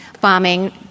bombing